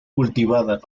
cultivadas